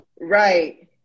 right